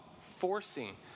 forcing